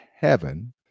heaven